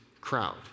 crowd